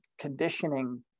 conditioning